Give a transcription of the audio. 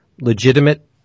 legitimate